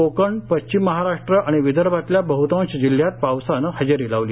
कोकण पश्चिम महाराष्ट्र आणि विदर्भातल्या बहतांश जिल्ह्यात पावसानं हजेरी लावली